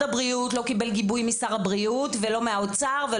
הבריאות לא קיבל גיבוי משר הבריאות ולא מהאוצר.